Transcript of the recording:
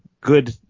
good